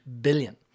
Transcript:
billion